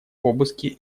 обыски